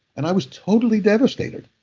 and i was totally devastated.